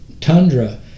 tundra